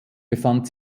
befand